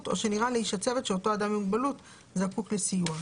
או שנראה לאיש הצוות שאותו אדם עם מוגבלות זקוק לסיוע.